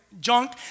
junk